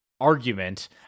argument